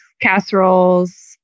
casseroles